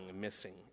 missing